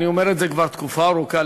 אני אומר את זה כבר תקופה ארוכה,